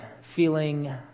feeling